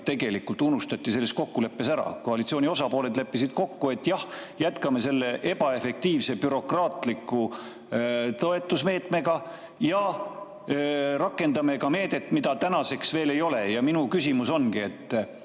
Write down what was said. tegelikult tarbija unustati selles kokkuleppes ära. Koalitsiooni osapooled leppisid kokku, et jah, jätkame seda ebaefektiivset, bürokraatlikku toetusmeedet ja rakendame ka meedet, mida praegu veel ei ole. Minu küsimus ongi,